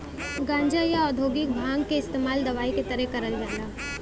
गांजा, या औद्योगिक भांग क इस्तेमाल दवाई के तरे करल जाला